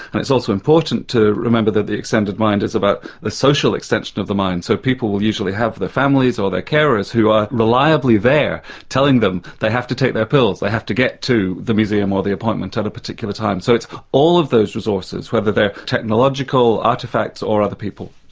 and it's also important to remember that the extended mind is about the social extension of the mind, so people will usually have their families or their carers who are reliably there telling them they have to take their pills, they have to get to the museum or the appointment at a particular time, so it's all of those resources, whether they're technological artefacts or other people.